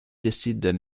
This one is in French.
décident